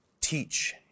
teach